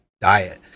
diet